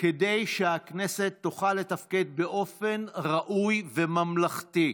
כדי שהכנסת תוכל לתפקד באופן ראוי וממלכתי.